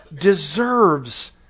deserves